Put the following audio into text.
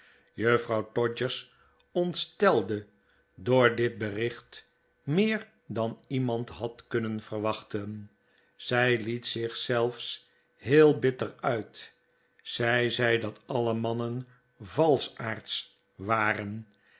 juffrouw todgers ontstelde door dit bericht meer dan iemand had kunnen verwachten zij liet zich zelfs heel bitter uit zij zei dat alle mannen valschaards waren